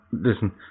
listen